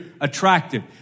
attractive